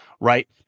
right